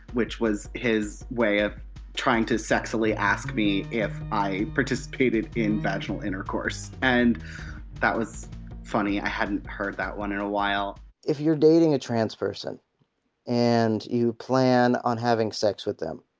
which was his way of trying to sexily ask me if i participated in vaginal intercourse. and that was funny i hadn't heard that one in a while if you're dating a trans-person and you plan on having sex with them,